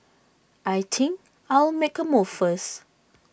I think I'll make A move first